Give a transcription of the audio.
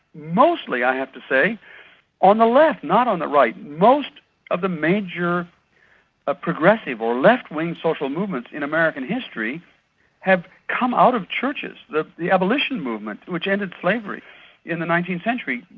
mostly i have to say on the left, not on the right. most of the major ah progressive or left wing social movements in american history have come out of churches. the the abolition movement, which ended slavery in the nineteenth century,